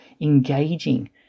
engaging